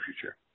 future